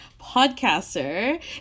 podcaster